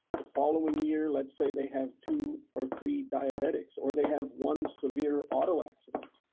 the following year, let's say they have two or three diabetics or they have one severe auto accident.